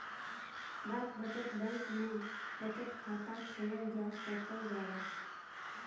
डाक बचत बैंक में बचत खाता खोलल जा सकल जाला